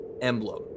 emblem